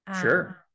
sure